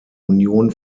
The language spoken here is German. union